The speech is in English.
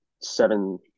seven